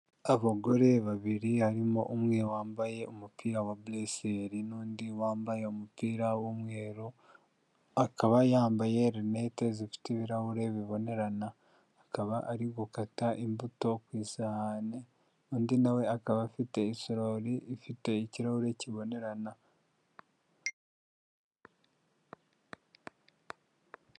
Abagore babiri harimo umwe wambaye umupira wa buresiyeri n'undi wambaye umupira w'umweru, akaba yambaye rinete zifite ibirahure bibonerana, akaba ari gukata imbuto ku isahane, undi nawe akaba afite isorori ifite ikirahure kibonerana.